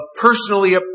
personally